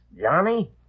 Johnny